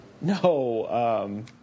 No